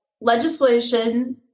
legislation